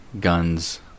guns